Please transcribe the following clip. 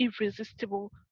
irresistible